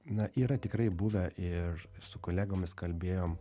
na yra tikrai buvę ir su kolegomis kalbėjom